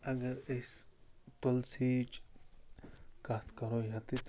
اگر أسۍ تُلسیِچ کتھ کَرو ییٚتٮ۪تھ